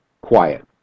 quiet